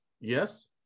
yes